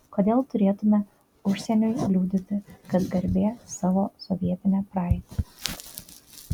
kodėl turėtumėme užsieniui liudyti kad gerbiame savo sovietinę praeitį